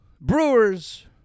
Brewers